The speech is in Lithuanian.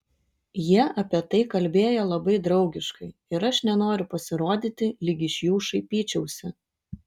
jie apie tai kalbėjo labai draugiškai ir aš nenoriu pasirodyti lyg iš jų šaipyčiausi